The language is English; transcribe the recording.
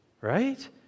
Right